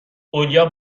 اولیاء